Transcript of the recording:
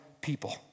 people